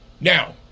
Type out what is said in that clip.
now